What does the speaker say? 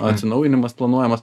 atsinaujinimas planuojamas